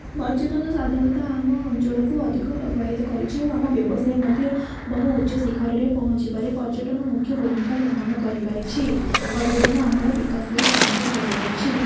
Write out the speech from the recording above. ପର୍ଯ୍ୟଟନ ସାଧାରଣତଃ ଆମ ଅଞ୍ଚଳକୁ ଅଧିକ ପ୍ରଭାବିତ କରିଛି ଓ ଆମ ବ୍ୟବସାୟ ମଧ୍ୟ ବହୁ ଉଚ୍ଚ ଶିଖରରେ ପହଞ୍ଚିବାରେ ପର୍ଯ୍ୟଟନ ମୁଖ୍ୟ ଭୂମିକା ଗ୍ରହଣ କରିପାରିଛି ପର୍ଯ୍ୟଟନ ଆମର ବିକାଶରେ ସାହାଯ୍ୟ କରିପାରୁଛି